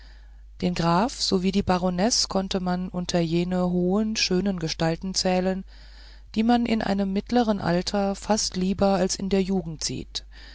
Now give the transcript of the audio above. den grafen sowie die baronesse konnte man unter jene hohen schönen gestalten zählen die man in einem mittlern alter fast lieber als in der jugend sieht